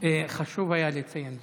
חשוב היה לציין זאת.